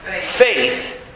Faith